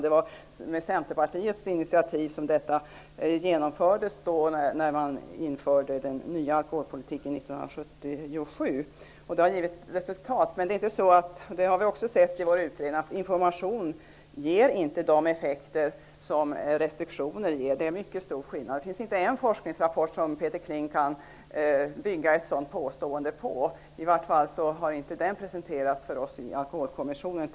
Det var genom Centerpartiets initiativ som detta infördes i samband med den nya alkoholpolitiken 1977. Det har givit resultat. Men vi har också sett att information inte ger de effekter som restriktioner ger. Det är en mycket stor skillnad. Det finns inte en forskningsrapport som Peter Kling skulle kunna bygga ett sådant påstående på -- i varje fall har den inte presenterats för oss i Alkoholkommissionen.